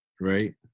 right